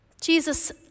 Jesus